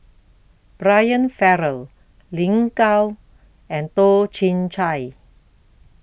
Brian Farrell Lin Gao and Toh Chin Chye